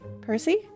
Percy